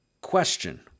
question